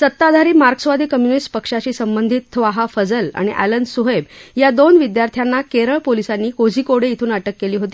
सताधारी मार्क्सवादी कम्युनिस्ट पक्षाशी संबधित थ्वाहा फझल आणि एलन स्हब्ब या दोन विद्यार्थ्यांना कर्वळ पोलिसांनी काझीकोड इथून अटक काली होती